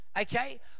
Okay